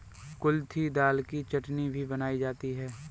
कुल्थी दाल की चटनी भी बनाई जाती है